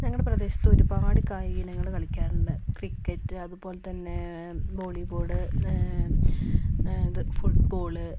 ഞങ്ങളുടെ പ്രദേശത്ത് ഒരുപാട് കായിക ഇനങ്ങൾ കളിക്കാറുണ്ട് ക്രിക്കറ്റ് അതുപോലെത്തന്നെ വോളിബോള് ഇത് ഫുട്ബോള്